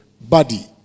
body